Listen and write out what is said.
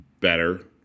better